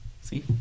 See